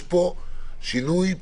יש פה שינוי מוחלט,